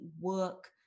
work